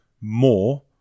more